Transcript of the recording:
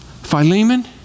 Philemon